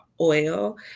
oil